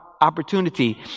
opportunity